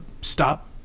stop